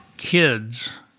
Kids